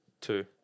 Two